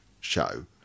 show